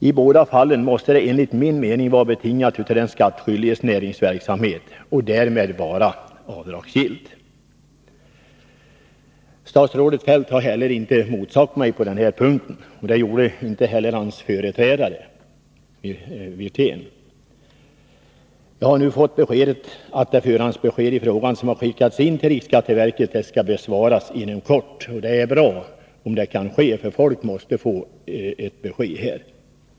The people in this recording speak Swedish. I båda fallen måste det, enligt min mening, vara betingat av den skattskyldiges näringsverksamhet och därför vara avdragsgillt. Statsrådet Feldt har inte heller motsagt mig på denna punkt, och det gjorde inte heller hans företrädare Rolf Wirtén. Jag har nu fått veta att det förhandsbesked i frågan som har skickats in till riksskatteverket skall behandlas inom kort. Det är bra om så sker, eftersom folk måste få besked.